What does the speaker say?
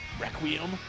Requiem